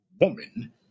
woman